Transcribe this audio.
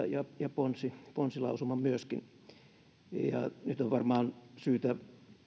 ja ponsilausuman myöskin nyt on varmaan syytä